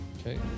Okay